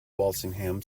walsingham